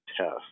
test